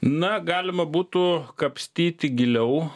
na galima būtų kapstyti giliau